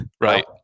right